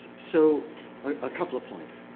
so a couple of points.